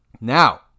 Now